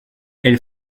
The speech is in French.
elle